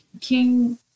King